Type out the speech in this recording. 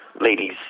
ladies